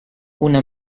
una